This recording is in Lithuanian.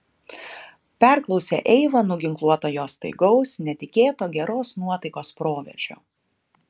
perklausė eiva nuginkluota jo staigaus netikėto geros nuotaikos proveržio